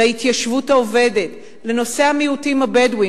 להתיישבות העובדת, לנושא המיעוטים הבדואים.